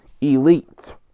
Elite